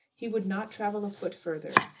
he would not travel a foot further.